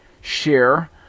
share